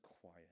quiet